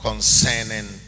concerning